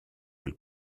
will